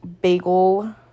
bagel